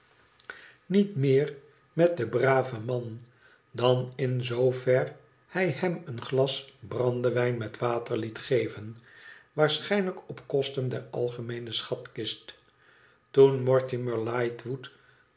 niet meer met den braven man dan in zoover hij hem een glas brandewijn met water liet geven waarschijnlijk op kosten der algemeene schatkist toen mortimer lightwood